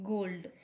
Gold